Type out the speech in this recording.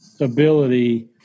ability